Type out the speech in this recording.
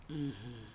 mmhmm